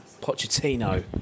Pochettino